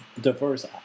diverse